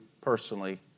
personally